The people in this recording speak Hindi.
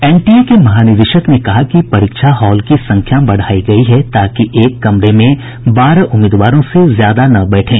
एनटीए के महानिदेशक ने कहा कि परीक्षा हाल की संख्या बढ़ाई गई है ताकि एक कमरे में बारह उम्मीदवारों से ज्यादा न बैठें